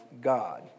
God